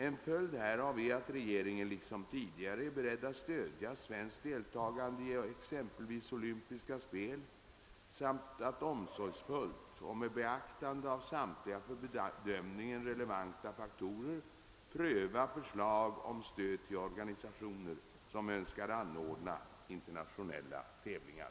En följd härav är att regeringen liksom tidigare är beredd att stödja svenskt deltagande i exempelvis olympiska spelen samt att omsorgsfullt och med beaktande av samtliga för bedömningen relevanta faktorer pröva förslag om stöd till organisationer som önskar anordna internationella tävlingar.